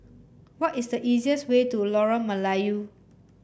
what is the easiest way to Lorong Melayu